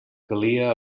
calia